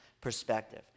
perspective